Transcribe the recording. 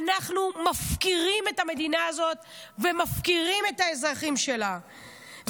אנחנו מפקירים את המדינה הזאת ומפקירים את האזרחים שלה,